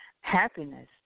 Happiness